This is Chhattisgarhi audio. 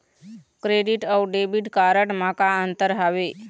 क्रेडिट अऊ डेबिट कारड म का अंतर हावे?